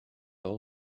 all